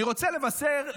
אני רוצה לבשר,